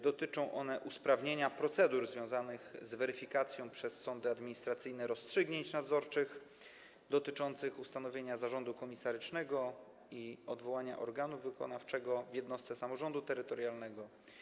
Dotyczą one usprawnienia procedur związanych z weryfikacją przez sądy administracyjne rozstrzygnięć nadzorczych dotyczących ustanowienia zarządu komisarycznego i odwołania organu wykonawczego w jednostce samorządu terytorialnego.